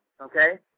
Okay